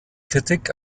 kritik